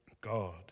God